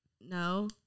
No